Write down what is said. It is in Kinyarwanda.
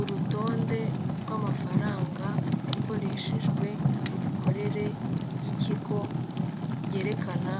Urutonde rw'amafaranga yakoreshejwe mu mikorere y'ikigo, yerekana